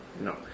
No